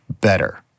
better